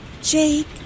Jake